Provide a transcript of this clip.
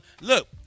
look